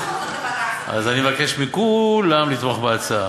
אז אני מבקש מכו-לם לתמוך בהצעה.